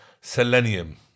Selenium